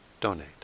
donate